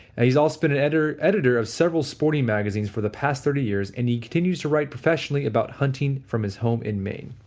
and he's also been an editor editor of several sporting magazines for the past thirty years and he continues to write professionally about hunting from his home in maine